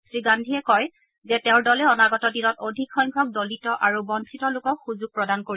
শ্ৰীগাদ্ধীয়ে কয় যে তেওঁৰ দলে অনাগত দিনত অধিক সংখ্যক দলিত আৰু বঞ্চিত লোকক সুযোগ প্ৰদান কৰিব